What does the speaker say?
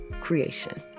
creation